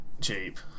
cheap